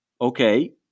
Okay